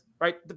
right